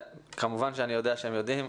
כמובן שאני יודע שהם יודעים.